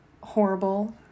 horrible